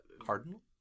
Cardinal